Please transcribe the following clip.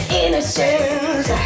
innocence